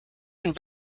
and